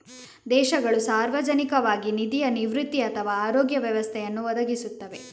ದೇಶಗಳು ಸಾರ್ವಜನಿಕವಾಗಿ ನಿಧಿಯ ನಿವೃತ್ತಿ ಅಥವಾ ಆರೋಗ್ಯ ವ್ಯವಸ್ಥೆಯನ್ನು ಒದಗಿಸುತ್ತವೆ